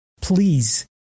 Please